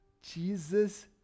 Jesus